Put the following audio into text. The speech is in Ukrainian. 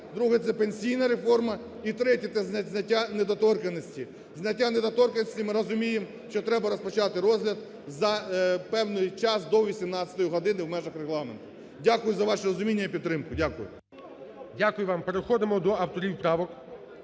Друге – це пенсійна реформа. І третє – це знаття недоторканності. Зняття недоторканності, ми розуміємо, що треба розпочати розгляд за певний час до 18-ї години в межах Регламенту. Дякую за ваше розуміння і підтримку. Дякую. ГОЛОВУЮЧИЙ. Дякую вам. Переходимо до авторів правок,